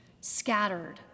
scattered